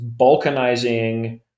balkanizing